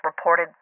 reported